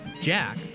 Jack